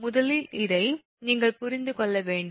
முதலில் இதை நீங்கள் புரிந்து கொள்ள வேண்டும்